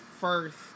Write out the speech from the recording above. first